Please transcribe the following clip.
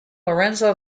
lorenzo